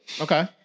Okay